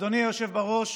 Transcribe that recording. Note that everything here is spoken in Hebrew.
אדוני היושב-ראש,